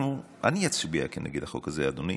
אני אצביע נגד החוק הזה, אדוני.